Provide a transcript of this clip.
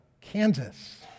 Kansas